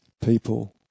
people